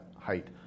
height